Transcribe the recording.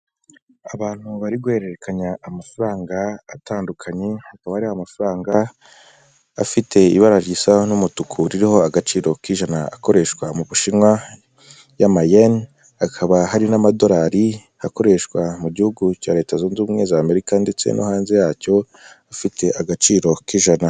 Abantu bari guhererekanya amafaranga atandukanye, hakaba hari amafaranga afite ibara risa n'umutuku ririho agaciro k'ijana akoreshwa mu Bushinwa y'amayeni, hakaba hari n'amadolari akoreshwa mu gihugu cya Leta zunze ubumwe za Amerika ndetse no hanze yacyo afite agaciro k'ijana.